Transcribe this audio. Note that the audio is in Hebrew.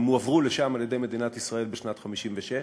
הם הועברו לשם על-ידי מדינת ישראל בשנת 1956,